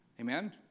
Amen